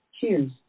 Cheers